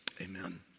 amen